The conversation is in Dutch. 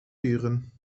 duren